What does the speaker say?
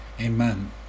Amen